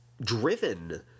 driven